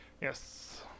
Yes